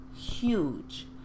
Huge